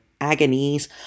agonies